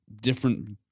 Different